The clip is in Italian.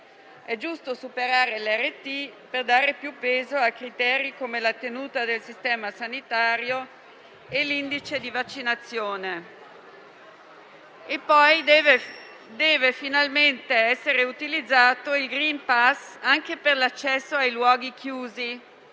È giusto superare l'RT per dare più peso a criteri come la tenuta del Sistema sanitario e l'indice di vaccinazione. Inoltre, deve finalmente essere utilizzato il *green pass* anche per l'accesso ai luoghi chiusi.